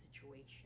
situation